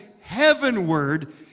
heavenward